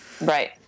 Right